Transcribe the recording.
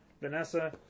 Vanessa